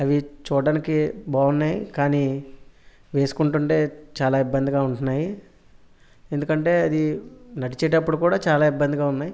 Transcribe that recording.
అవి చూడటానికి బాగున్నాయి కానీ వేసుకుంటుంటే చాలా ఇబ్బందిగా ఉంటున్నాయి ఎందుకంటే అది నడిచేటప్పుడు కూడా చాలా ఇబ్బందిగా ఉన్నాయి